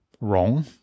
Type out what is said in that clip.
wrong